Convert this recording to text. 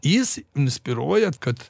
jis inspiruoja kad